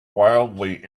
wildly